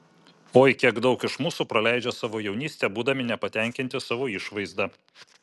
oi kiek daug iš mūsų praleidžia savo jaunystę būdami nepatenkinti savo išvaizda